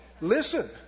Listen